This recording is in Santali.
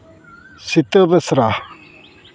ᱥᱤᱛᱟᱹ ᱵᱮᱥᱨᱟ